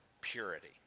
purity